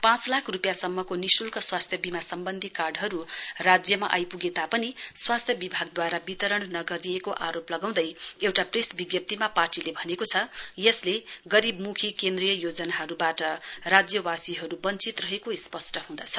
पाँच लाख रुपियाँसम्म को निशल्क स्वास्थय वीमा सम्वन्धी कार्डहरु राज्यमा आइपूगे तापनि स्वास्थ्य विभागद्वारा नगरिएको आरोप लगाउँदै एउटा प्रेस विज्ञप्तीमा पार्टीले भनेको छ यसले गरीब मुखी केन्द्रीय योजनाहरुबाट राज्यवासीहरु वञ्चित रहेको स्पष्ट हुँदछ